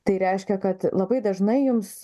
tai reiškia kad labai dažnai jums